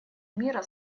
мира